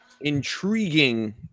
intriguing